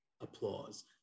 applause